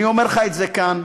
אני אומר לך את זה כאן: